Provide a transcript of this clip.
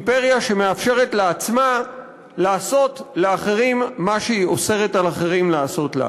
אימפריה שמאפשרת לעצמה לעשות לאחרים מה שהיא אוסרת על אחרים לעשות לה.